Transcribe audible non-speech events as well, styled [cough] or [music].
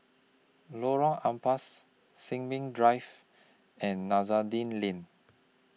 Lorong Ampas Sin Ming Drive and [unintelligible] Lane